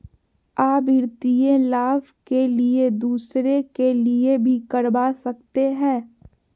आ वित्तीय लाभ के लिए दूसरे के लिए भी करवा सकते हैं?